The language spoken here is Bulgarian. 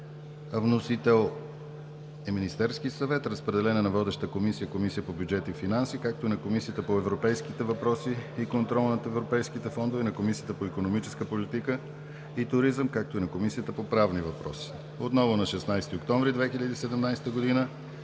Вносител е Министерският съвет. Разпределен е на водеща комисия Комисията по бюджет и финанси, както и на Комисията по европейските въпроси и контрол над европейските фондове, на Комисията по икономическа политика и туризъм, както и на Комисията по правни въпроси. Отново на 16 октомври 2017 г.